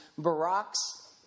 Barack's